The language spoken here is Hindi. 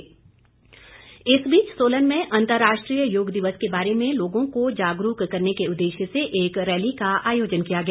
जागरूकता रैली इस बीच सोलन में अंतर्राष्ट्रीय योग दिवस के बारे में लोगों को जागरूक करने के उद्देश्य से एक रैली का आयोजन किया गया